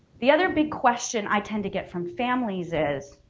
the other big question i tend to get from families is,